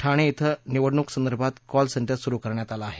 ठाणे येथे निवडणूक संदर्भात कॉल सेंटर सुरु करण्यात आले आहे